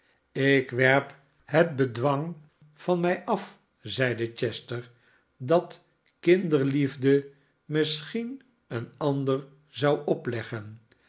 ik werp het bedwang an mij af zeide chester dat kinderliefde misschien een ander zou opleggen